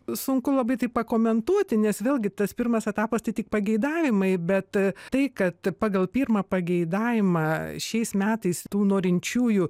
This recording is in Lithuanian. sunku labai tai pakomentuoti nes vėlgi tas pirmas etapas tai tik pageidavimai bet tai kad pagal pirmą pageidavimą šiais metais tų norinčiųjų